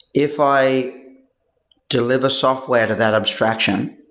if i deliver software to that abstraction,